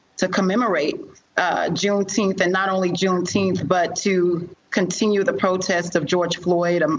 to commemorate juneteenth, and not only juneteenth but to continue the protest of george floyd, um